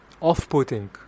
off-putting